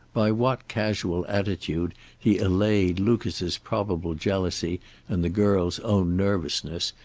by what casual attitude he allayed lucas's probable jealousy and the girl's own nervousness,